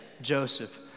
joseph